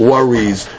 Worries